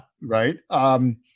right